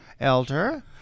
elder